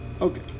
Okay